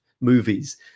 movies